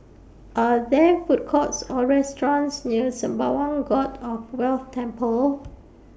Are There Food Courts Or restaurants near Sembawang God of Wealth Temple